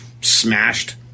smashed